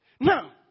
Now